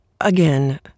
Again